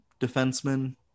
defenseman